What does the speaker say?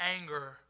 anger